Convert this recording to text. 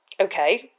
okay